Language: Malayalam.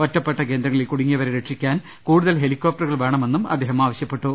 ഒറ്റപ്പെട്ട് കേന്ദ്രങ്ങളിൽ കുടുങ്ങിയവരെ രക്ഷിക്കാൻ കൂടുതൽ ഹെലികോപ്റ്ററുകൾ വേണമെന്നും അദ്ദേഹം ആവശ്യപ്പെട്ടു